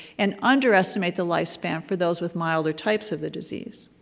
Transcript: and underestimate the lifespan for those with milder types of the disease.